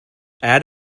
add